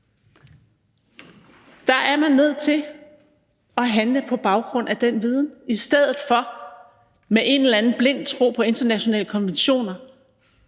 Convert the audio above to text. Der er man nødt til at handle på baggrund af den viden i stedet for med en eller anden blind tro på internationale konventioner